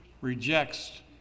rejects